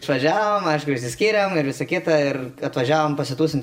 išvažiavom aišku išsiskyrėm ir visa kita ir atvažiavom pasitūsint